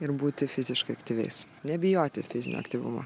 ir būti fiziškai aktyviais nebijoti fizinio aktyvumo